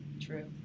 True